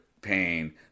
pain